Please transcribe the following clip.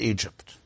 Egypt